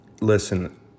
listen